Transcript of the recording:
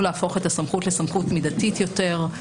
להפוך את הסמכות לסמכות מידתית יותר.